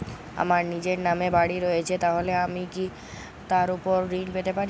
আমার নিজের নামে বাড়ী রয়েছে তাহলে কি আমি তার ওপর ঋণ পেতে পারি?